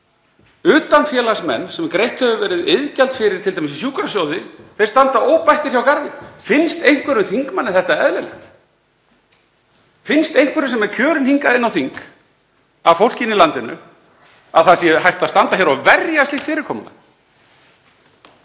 utanfélagsmenn sem t.d. hefur verið greitt iðgjald fyrir í sjúkrasjóði standa óbættir hjá garði? Finnst einhverjum þingmanni þetta eðlilegt? Finnst einhverjum sem er kjörinn hingað inn á þing af fólkinu í landinu að það sé hægt að standa hér og verja slíkt fyrirkomulag?